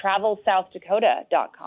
TravelSouthDakota.com